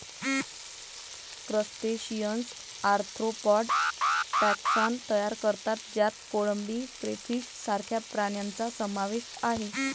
crustaceans arthropod taxon तयार करतात ज्यात कोळंबी, क्रेफिश सारख्या प्राण्यांचा समावेश आहे